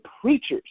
preachers